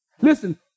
Listen